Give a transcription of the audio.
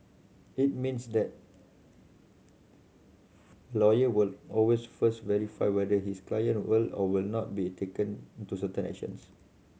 it means that lawyer will always first verify whether his client will or will not be taking to certain actions